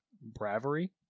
Bravery